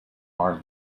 are